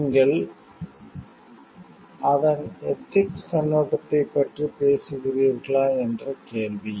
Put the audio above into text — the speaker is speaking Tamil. நீங்கள் அதன் எதிக்ஸ்க் கண்ணோட்டத்தைப் பற்றி பேசுகிறீர்களா என்று கேள்வி